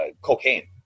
cocaine